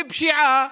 בפשיעה,